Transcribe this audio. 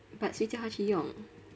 but 谁叫他去用